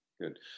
Good